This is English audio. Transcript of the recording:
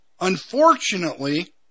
Unfortunately